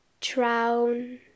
drown